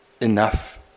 enough